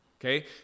Okay